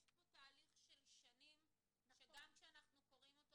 יש פה תהליך של שנים שגם כשאנחנו קוראים אותו